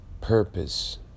purpose